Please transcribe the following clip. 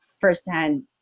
firsthand